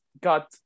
got